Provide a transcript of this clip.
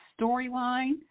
storyline